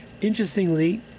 Interestingly